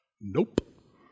Nope